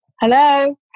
Hello